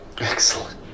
Excellent